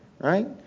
right